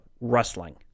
rustling